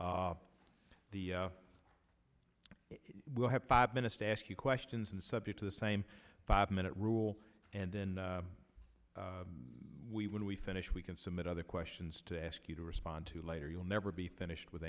off the we'll have five minutes to ask you questions and subject to the same five minute rule and then we when we finish we can submit other questions to ask you to respond to later you'll never be finished with